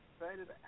Excited